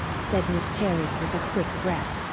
said miss terry with a quick breath.